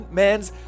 man's